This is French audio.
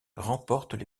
remportent